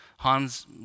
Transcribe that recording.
Hans